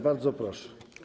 Bardzo proszę.